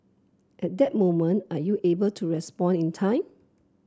at that moment are you able to respond in time